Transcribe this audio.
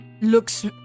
Looks